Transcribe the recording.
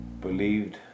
believed